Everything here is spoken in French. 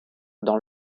dans